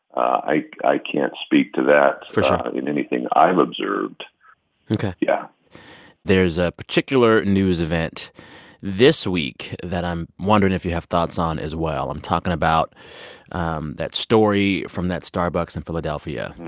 i can't speak to that. for sure. in anything i've observed ok yeah there's a particular news event this week that i'm wondering if you have thoughts on, as well. i'm talking about um that story from that starbucks in philadelphia.